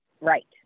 Right